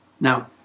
Now